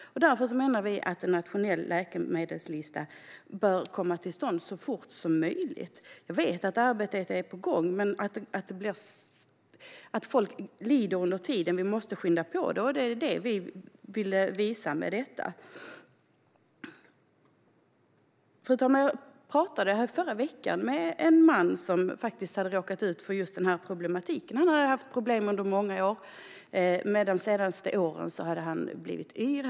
Därför menar vi att en nationell läkemedelslista bör komma till stånd så fort som möjligt. Jag vet att arbetet är på gång, men folk lider under tiden. Arbetet måste skyndas på. Fru talman! Jag pratade i förra veckan med en man som hade råkat ut för dessa problem. Han hade haft problem under många år. De senaste åren hade han blivit yr.